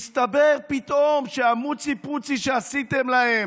מסתבר פתאום שהמוצי-פוצי שעשיתם להם,